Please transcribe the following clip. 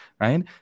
right